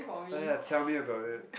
oh ya tell me about it